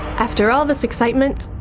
after all this excitement,